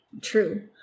true